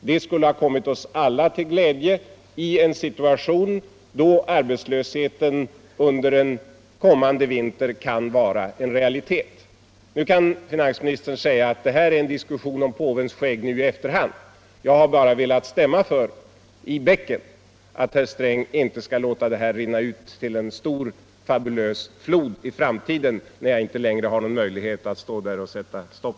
Det skulle ha kommit oss alla till glädje i en situation då arbetslösheten under en kommande vinter är en realitet för många. Nu kan finansministern säga att det här är en diskussion om påvens skägg nu i efterhand. Jag har bara velat stämma i bäcken för att herr Sträng inte skall låta det här rinna ut till en stor fabulös flod i framtiden, när jag inte längre har någon möjlighet att stå här och sätta stopp.